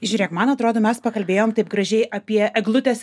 žiūrėk man atrodo mes pakalbėjom taip gražiai apie eglutės